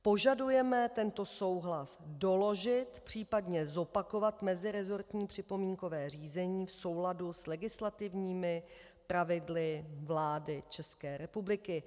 Požadujeme tento souhlas doložit, případně zopakovat meziresortní připomínkové řízení v souladu s legislativními pravidly vlády České republiky.